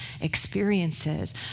experiences